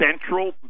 central